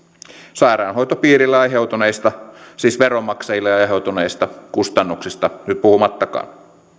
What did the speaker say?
sairaanhoitopiirille aiheutuneista siis veronmaksajille aiheutuneista kustannuksista nyt puhumattakaan